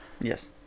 Yes